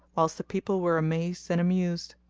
whilst the people were amazed and amused.